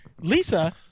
Lisa